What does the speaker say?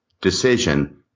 decision